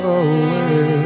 away